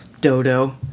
Dodo